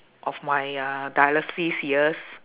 of my uh dialysis years